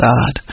God